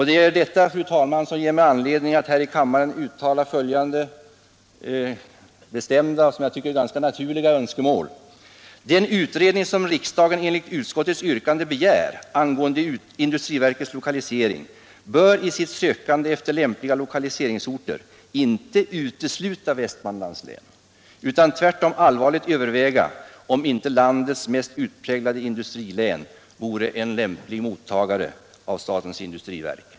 Detta, fru talman, ger mig anledning att här i kammaren uttala följande bestämda och enligt min mening naturliga önskemål: Den utredning som utskottet tillstyrker att riksdagen skall begära angående industriverkets lokalisering bör i sitt sökande efter lämpliga lokaliseringsorter inte utesluta Västmanlands län, utan tvärtom allvarligt överväga om inte landets mest utpräglade industrilän vore en lämplig mottagare av statens industriverk.